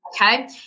Okay